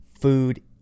food